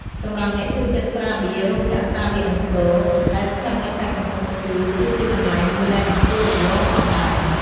សម្រាប់អ្នកចូលចិត្តស្រាបៀរ រោងចក្រស្រាបៀរអង្គរ ដែលស្ថិតនៅខេត្តកំពង់ស្ពឺ គឺជាកន្លែងមួយដែលមិនគួររំលងផងដែរ។